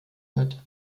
wird